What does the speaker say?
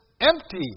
empty